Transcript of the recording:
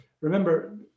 remember